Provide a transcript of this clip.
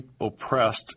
oppressed